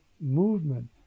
movement